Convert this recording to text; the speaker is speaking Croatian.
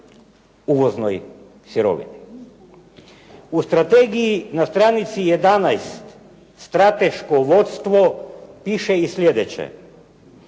uvoznoj sirovini. U strategiji na stranici 11 strateško vodstvo piše i slijedeće: